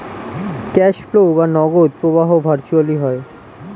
cash flow বা নগদ প্রবাহ ভার্চুয়ালি হয়